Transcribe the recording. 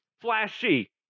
flashy